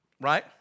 right